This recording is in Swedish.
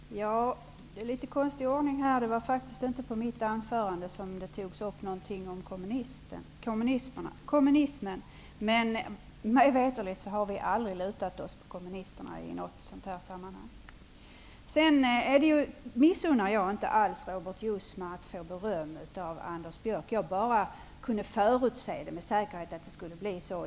Herr talman! Det är litet konstig ordning här, det var faktiskt inte jag som tog upp kommunismen. Mig veterligt har vi aldrig lutat oss mot kommunisterna i sådant här sammanhang. Jag missunnar inte alls Robert Jousma att få beröm av Anders Björck. Jag kunde förutse att det skulle bli så.